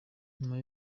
nyuma